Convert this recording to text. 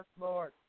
Lord